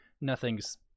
nothing's